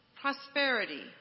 prosperity